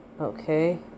Okay